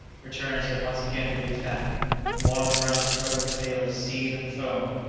returns yet once again to the attack the waters around the struggling sailors seethe and foam.